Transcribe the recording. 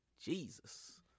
Jesus